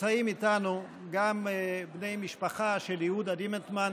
נמצאים איתנו גם בני משפחה של יהודה דימנטמן,